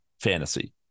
fantasy